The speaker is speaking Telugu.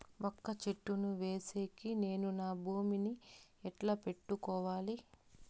వక్క చెట్టును వేసేకి నేను నా భూమి ని ఎట్లా పెట్టుకోవాలి?